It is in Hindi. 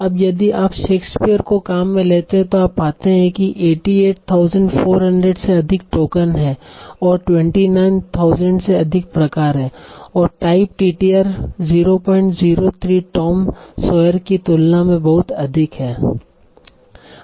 अब यदि आप शेक्सपियर को काम में लेते हैं तो आप पाते हैं कि 88400 से अधिक टोकन और 29000 से अधिक प्रकार हैं और टाइप टीटीआर 003 टॉम सॉयर की तुलना में बहुत अधिक है